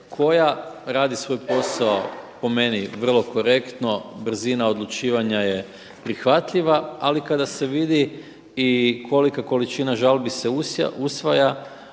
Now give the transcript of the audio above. koja radi svoj posao po meni vrlo korektno. Brzina odlučivanja je prihvatljiva. Ali kada se vidi i kolika količina žalbi se usvaja